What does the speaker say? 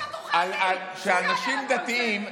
שאנשים דתיים,